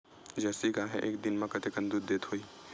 Jersey गाय ह एक दिन म कतेकन दूध देत होही?